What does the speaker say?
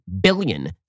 billion